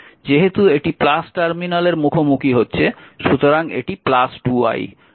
যেহেতু এটি টার্মিনালের মুখোমুখি হচ্ছে সুতরাং এটি 2 i